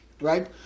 right